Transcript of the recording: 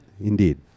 Indeed